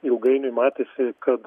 ilgainiui matėsi kad